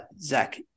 Zach